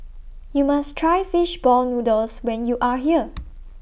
YOU must Try Fish Ball Noodles when YOU Are here